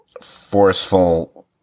forceful